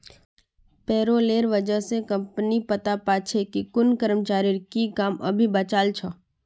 पेरोलेर वजह स कम्पनी पता पा छे कि कुन कर्मचारीर की काम अभी बचाल छ